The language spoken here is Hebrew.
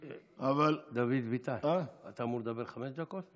אבל, דוד ביטן, אתה אמור לדבר חמש דקות?